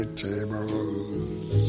tables